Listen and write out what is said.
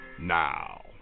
now